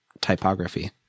typography